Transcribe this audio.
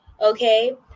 okay